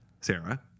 Sarah